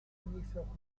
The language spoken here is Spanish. ministro